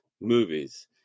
movies